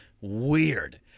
Weird